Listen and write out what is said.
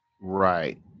right